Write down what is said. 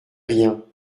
rien